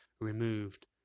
removed